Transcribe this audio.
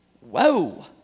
Whoa